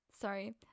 Sorry